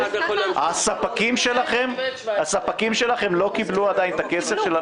הספקים שלכם לא קיבלו עדיין את הכסף?